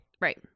Right